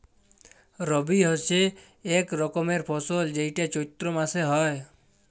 রবি হচ্যে এক রকমের ফসল যেইটা চৈত্র মাসে হ্যয়